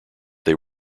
they